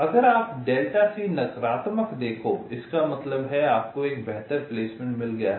अगर आप नकारात्मक देखो इसका मतलब है आपको एक बेहतर प्लेसमेंट मिल गया है